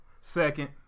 Second